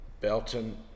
Belton